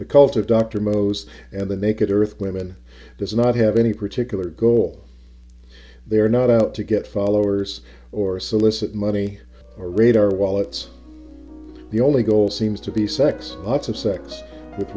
the cult of dr mo's and the naked earth women does not have any particular goal they're not out to get followers or solicit money or radar wallets the only goal seems to be sex lots of sex wit